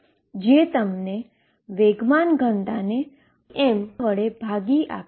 જે તમને મોમેન્ટમ ડેન્સીટીને m વડે ભાગી આપે છે